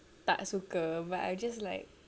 tak suka but I just like